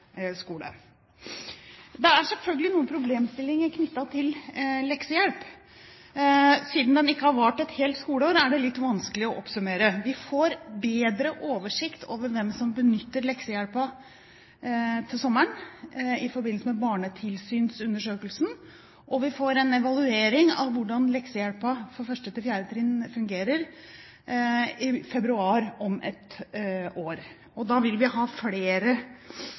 Det er selvfølgelig noen problemstillinger knyttet til leksehjelp, men siden ordningen ikke har vart et helt skoleår, er det litt vanskelig å oppsummere. Vi får bedre oversikt over hvem som benytter leksehjelpen, til sommeren, i forbindelse med barnetilsynsundersøkelsen, og vi får en evaluering av hvordan leksehjelpen for 1.–4. trinn fungerer i februar om ett år. Da vil vi ha